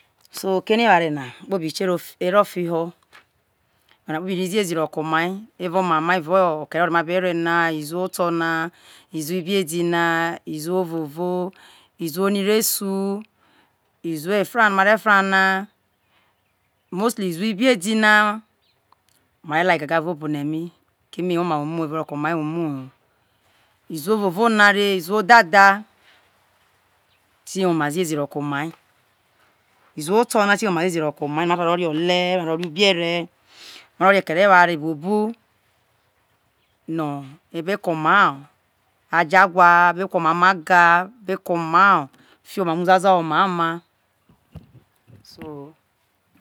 So ko ere eware na kpobi te ri je ro fiho eware na kpobi ri ziezi ko omai evao ero no ma be re na iziwo ibiedi na iziwo ibiedi na iziwo ovovo iziwo nire su iziwo efra no mare fra na mosthy iziwo ibiedi na mare la gaga evao obone mi keme iwo ma to omai iziwo oto ro ke omai omo ho iziwo no re the ti woma ziezi ro ke omai iziwo oto ro ke omai ono ma be ri re ole ro re ibi ere ibi ere na okere eware boubu no ene ko omai ajo wa be ko mai oma oga ko mai uzunzo ho mai oma